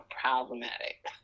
problematic